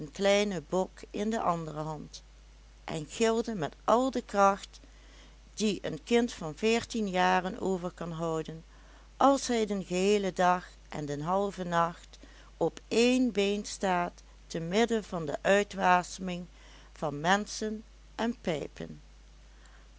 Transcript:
kleinen bok in de andere hand en gilde met al de kracht die een kind van veertien jaren over kan houden als hij den geheelen dag en den halven nacht op één been staat te midden van de uitwaseming van mensehen en pijpen